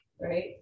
Right